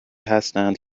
هستند